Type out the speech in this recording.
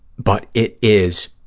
but it is